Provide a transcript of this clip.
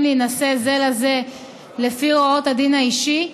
להינשא זה לזה לפי הוראות הדין האישי,